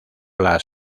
las